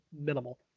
minimal